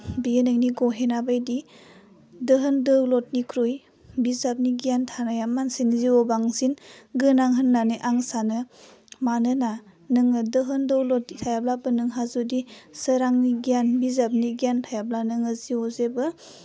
बेयो नोंनि गहेना बायदि दोहोन दौलदनिख्रुइ बिजाबनि गियान थानाया मानसिनि जिउआव बांसिन गोनां होनानै आं सानो मानोना नोङो दोहोन दौलद थायाब्लाबो नोंहा जुदि सोरांनि गियान बिजाबनि गियान थायाब्ला नोङो जिउआव जेबो